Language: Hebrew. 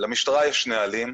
למשטרה יש נהלים,